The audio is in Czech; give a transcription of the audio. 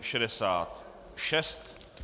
66.